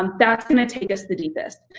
um that's gonna take us the deepest.